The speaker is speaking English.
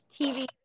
TV